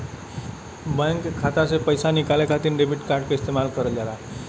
bank के खाता से पइसा निकाले खातिर डेबिट कार्ड क इस्तेमाल करल जाला